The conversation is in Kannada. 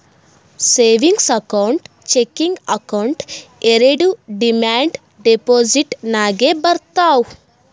ಸೇವಿಂಗ್ಸ್ ಅಕೌಂಟ್, ಚೆಕಿಂಗ್ ಅಕೌಂಟ್ ಎರೆಡು ಡಿಮಾಂಡ್ ಡೆಪೋಸಿಟ್ ನಾಗೆ ಬರ್ತಾವ್